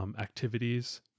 activities